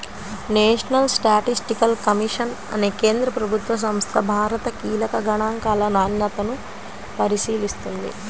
national statistical commission అనే కేంద్ర ప్రభుత్వ సంస్థ భారత కీలక గణాంకాల నాణ్యతను పరిశీలిస్తుంది